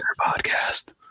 podcast